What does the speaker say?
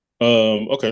okay